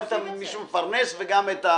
נו,